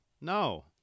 No